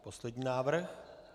Poslední návrh.